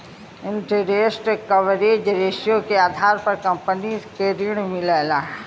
interest coverage ratio के आधार पर कंपनी के ऋण मिलला